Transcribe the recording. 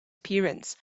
appearance